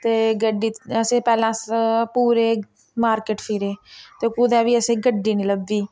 ते गड्डी असें पैह्लें अस पूरे मार्केट फिरे ते कुतै बी असें गड्डी नी लब्भी